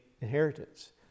inheritance